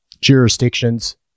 jurisdictions